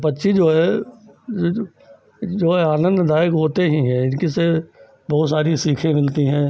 पक्षी जो हैं ये जो ये तो आनन्ददायक होते ही हैं इनसे बहुत सारी सीखें मिलती हैं